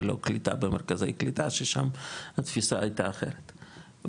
ולא קליטה במרכזי קליטה ששם התפיסה הייתה אחרת.